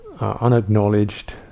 unacknowledged